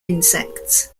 insects